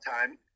time